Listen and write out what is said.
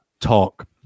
talk